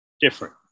different